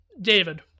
David